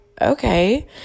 okay